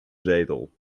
zetel